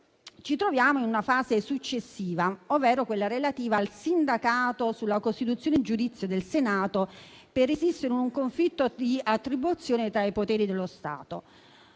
ci troviamo in una fase successiva, ovvero quella relativa al sindacato sulla costituzione in giudizio del Senato per resistere in un conflitto di attribuzione tra i poteri dello Stato.